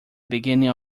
beginning